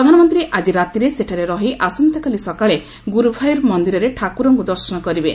ପ୍ରଧାନମନ୍ତ୍ରୀ ଆଜି ରାତିରେ ସେଠାରେ ରହି ଆସନ୍ତାକାଲି ସକାଳେ ଗୁରୁଭାୟୁର୍ ମନ୍ଦିରରେ ଠାକୁରଙ୍କୁ ଦର୍ଶନ କରିବେ